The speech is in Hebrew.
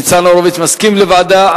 ניצן הורוביץ, מסכים לוועדה.